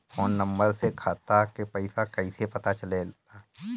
Phone number से खाता के पइसा कईसे पता चलेला?